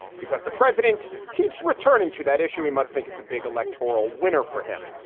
because the president keeps returning to that issue, he must think it's a big electoral winner for him.